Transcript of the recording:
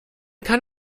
kann